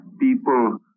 people